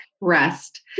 rest